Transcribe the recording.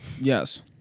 Yes